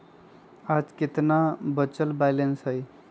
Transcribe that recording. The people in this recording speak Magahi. आज केतना बचल बैलेंस हई?